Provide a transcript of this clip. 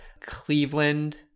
Cleveland